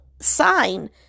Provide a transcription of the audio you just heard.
sign